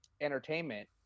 Entertainment